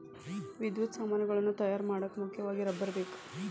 ವಿದ್ಯುತ್ ಸಾಮಾನುಗಳನ್ನ ತಯಾರ ಮಾಡಾಕ ಮುಖ್ಯವಾಗಿ ರಬ್ಬರ ಬೇಕ